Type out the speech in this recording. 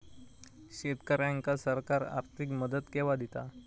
शेतकऱ्यांका सरकार आर्थिक मदत केवा दिता?